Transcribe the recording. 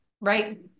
Right